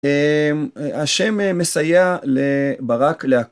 השם מסייע לברק להק...